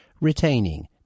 retaining